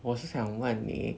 我是想问你